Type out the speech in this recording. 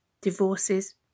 divorces